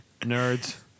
Nerds